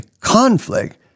conflict